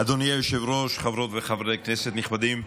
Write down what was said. אדוני היושב-ראש, חברות וחברי כנסת נכבדים,